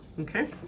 Okay